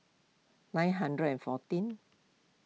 nine hundred and fourteen